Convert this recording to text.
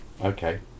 Okay